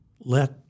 let